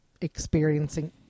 experiencing